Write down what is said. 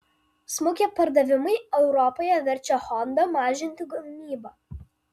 smukę pardavimai europoje verčia honda mažinti gamybą